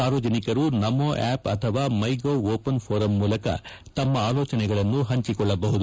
ಸಾರ್ವಜನಿಕರು ನಮೋ ಆಪ್ ಅಥವಾ MyGov open forum ಮೂಲಕ ತಮ್ಮ ಆಲೋಚನೆಗಳನ್ನು ಹಂಚಿಕೊಳ್ಳಬಹುದಾಗಿದೆ